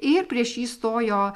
ir prieš jį stojo